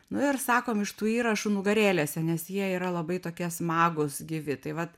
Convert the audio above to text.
nu ir sakom iš tų įrašų nugarėlėse nes jie yra labai tokie smagūs gyvi tai vat